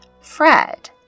Fred